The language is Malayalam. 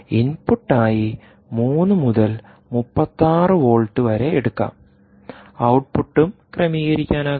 ഇൻപുട്ടായി 3 മുതൽ 36 വോൾട്ട് വരെ എടുക്കാം ഔട്ട്പുട്ടും ക്രമീകരിക്കാനാകും